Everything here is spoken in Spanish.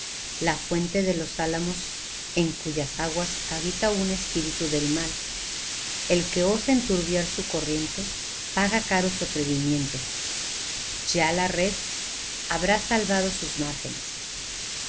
la fuente de los alamos en cuyas aguas habita un espíritu del mal el que osa enturbiar su corriente paga caro su atrevimiento ya la res habrá salvado sus márgenes